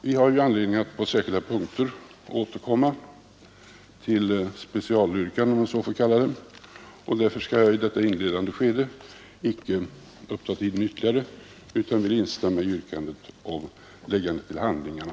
Vi har anledning att på särskilda punkter återkomma till specialyrkanden, om jag så får kalla det, och därför skall jag inte i detta inledande skede ta upp tiden ytterligare, utan jag vill instämma i yrkandet om att utskottets anmälan skall läggas till handlingarna.